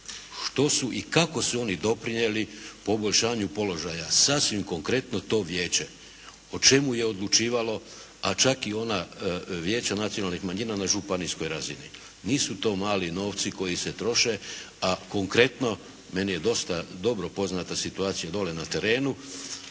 što su i kako su oni doprinijeli poboljšanju položaja sasvim konkretno to vijeće. O čemu je odlučivalo a čak i ona vijeća nacionalnih manjina na županijskoj razini. Nisu to mali novci koji se troše a konkretno meni je dosta dobro poznata situacija dole na terenu